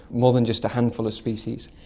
more than just a handful of species.